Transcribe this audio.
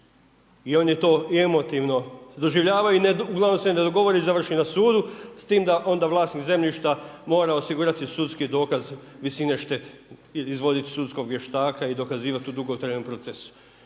i oni to emotivno doživljaju i uglavnom se ne dogovore i završe na sudu s time da onda vlasnik zemljišta mora osigurati sudski dokaz visine štete, izvodit sudskog vještaka i dokazivati tu dugotrajan proces.